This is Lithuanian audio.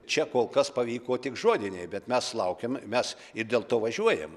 čia kol kas pavyko tik žodiniai bet mes laukiam mes ir dėl to važiuojam